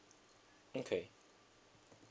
okay